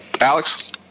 Alex